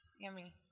yummy